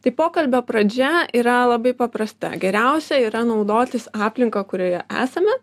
tai pokalbio pradžia yra labai paprasta geriausia yra naudotis aplinka kurioje esame